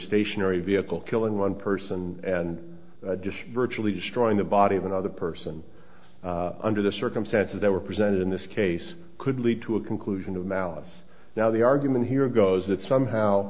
stationary vehicle killing one person and virtually destroying the body of another person under the circumstances that were presented in this case could lead to a conclusion of malice now the argument here goes that somehow